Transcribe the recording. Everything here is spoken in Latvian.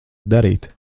darīt